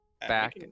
back